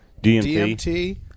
DMT